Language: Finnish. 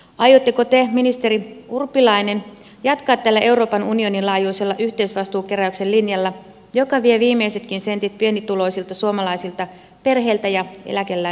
aiotteko te ministeri urpilainen jatkaa tällä euroopan unionin laajuisella yhteisvastuukeräyksen linjalla joka vie viimeisetkin sentit pienituloisilta suomalaisilta perheiltä ja eläkeläisiltä